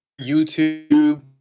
YouTube